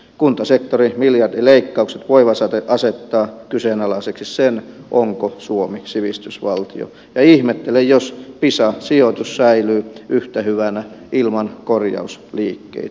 kuntasektorin miljardileikkaukset voivat asettaa kyseenalaiseksi sen onko suomi sivistysvaltio ja ihmettelen jos pisa sijoitus säilyy yhtä hyvänä ilman korjausliikkeitä